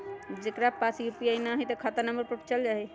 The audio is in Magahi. जेकरा पास यू.पी.आई न है त खाता नं पर चल जाह ई?